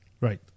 Right